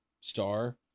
star